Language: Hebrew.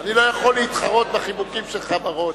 אני לא יכול להתחרות בחיבוקים שלך, בר-און.